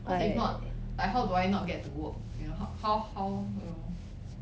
because if not like how do I not get to work you know how how how you know